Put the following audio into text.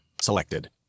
Selected